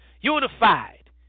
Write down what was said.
unified